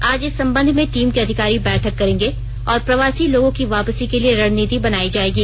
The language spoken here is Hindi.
आज इस संबंध में टीम के अधिकारी बैठक करेंगे और प्रवासी लोगों की वापसी के लिए रणनीति बनाई जायेगी